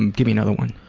and give me another one.